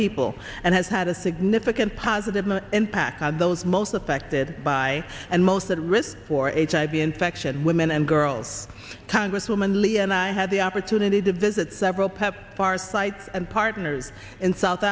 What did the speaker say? people and has had a significant positive impact on those most affected by and most at risk for a hiv infection women and girls congresswoman lee and i had the opportunity to visit several pepfar site and partners in south